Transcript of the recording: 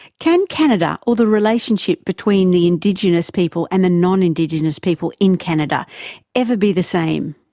can canada or the relationship between the indigenous people and the non-indigenous people in canada ever be the same?